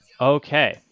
Okay